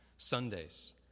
Sundays